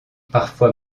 parfois